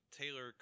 Taylor